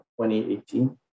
2018